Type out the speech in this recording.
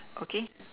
okay